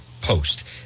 post